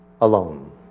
alone